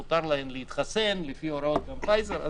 מותר להן להתחסן לפי הוראות פייזר.